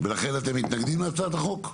ולכן אתם מתנגדים להצעת החוק?